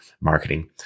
marketing